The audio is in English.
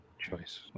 choice